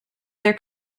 their